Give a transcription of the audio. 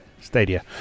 stadia